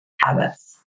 habits